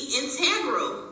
integral